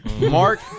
Mark